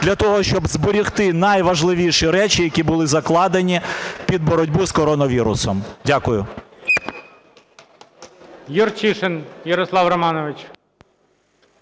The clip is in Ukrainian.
для того, щоб зберегти найважливіші речі, які були закладені під боротьбу з коронавірусом. Дякую.